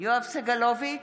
יואב סגלוביץ'